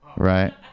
right